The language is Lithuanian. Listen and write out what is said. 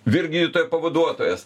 vyr gydytojo pavaduotojas